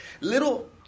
Little